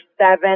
seven